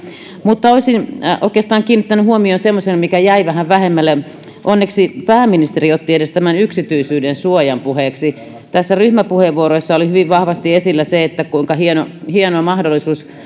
mutta olisin oikeastaan kiinnittänyt huomion semmoiseen mikä jäi vähän vähemmälle onneksi edes pääministeri otti tämän yksityisyydensuojan puheeksi näissä ryhmäpuheenvuoroissa oli hyvin vahvasti esillä se kuinka hieno mahdollisuus